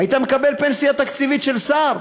היית מקבל פנסיה תקציבית של שר.